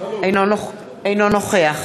אינו נוכח